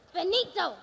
Benito